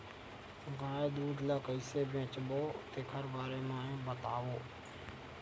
गाय दूध ल कइसे बेचबो तेखर बारे में बताओ?